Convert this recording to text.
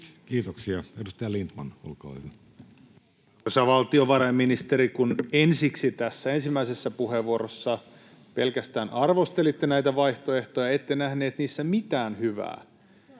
Kiitoksia. — Edustaja Lindtman, olkaa hyvä. Arvoisa valtiovarainministeri, ensiksi tässä ensimmäisessä puheenvuorossa pelkästään arvostelitte näitä vaihtoehtoja, ette nähneet niissä mitään hyvää.